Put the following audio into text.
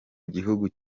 gihugu